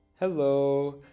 Hello